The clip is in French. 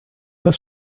pas